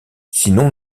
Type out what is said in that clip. sinon